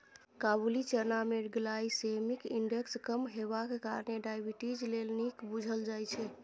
काबुली चना मे glycaemic index कम हेबाक कारणेँ डायबिटीज लेल नीक बुझल जाइ छै